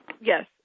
Yes